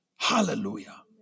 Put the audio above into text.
hallelujah